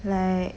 like